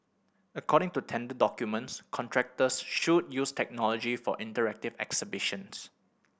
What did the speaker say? according to tender documents contractors should use technology for interactive exhibitions